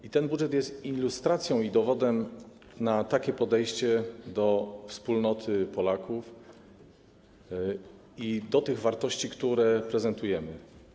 I ten budżet jest ilustracją i dowodem takiego podejścia do wspólnoty Polaków i do wartości, które prezentujemy.